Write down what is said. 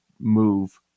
move